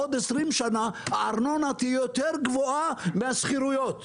עוד 20 שנה הארנונה תהיה יותר גבוהה מהשכירויות.